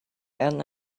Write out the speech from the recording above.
and